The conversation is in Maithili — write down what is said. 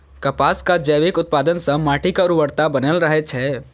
कपासक जैविक उत्पादन सं माटिक उर्वरता बनल रहै छै